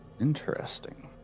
Interesting